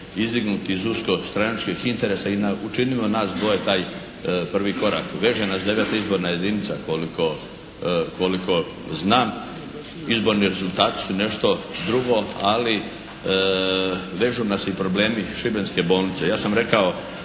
izdignuti iz usko stranačkih interesa i učinilo nas dvoje taj prvi korak, veže nas IX. izborna jedinica koliko znam. Izborni rezultati su nešto drugo, ali vežu nas i problemi šibenske bolnice. Ja sam rekao